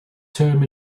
term